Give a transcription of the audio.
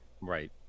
right